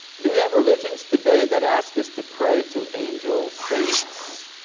do we have religions today that ask us to pray to angels, saints,